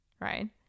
right